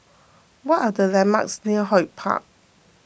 what are the landmarks near HortPark